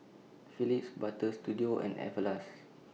Phillips Butter Studio and Everlast